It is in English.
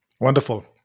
Wonderful